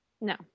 No